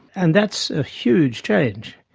and that's a huge change.